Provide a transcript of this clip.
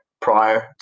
prior